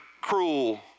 cruel